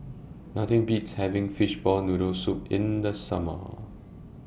Nothing Beats having Fishball Noodle Soup in The Summer